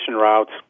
routes